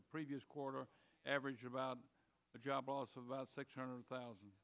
the previous quarter average about job loss of about six hundred thousand